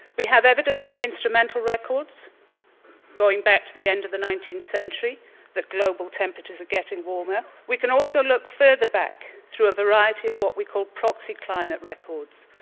we have evidence from instrumental records going back to the end of the nineteenth century that global temperatures are getting warmer. we can also look further back through a variety of what we call proxy climate records,